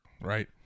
right